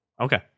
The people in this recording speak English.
Okay